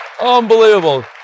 Unbelievable